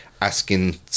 asking